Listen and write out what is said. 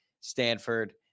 Stanford